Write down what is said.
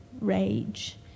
rage